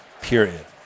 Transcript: period